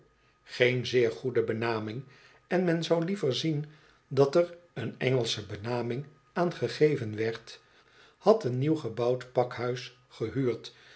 geen zeer goede benaming en men zou liever zien dat er een engelsche benaming aan gegeven wierd had een nieuw gebouwd pakhuis gehuurd